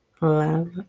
love